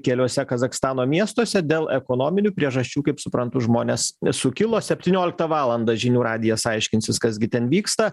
keliuose kazachstano miestuose dėl ekonominių priežasčių kaip suprantu žmonės sukilo septynioliktą valandą žinių radijas aiškinsis kas gi ten vyksta